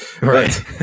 Right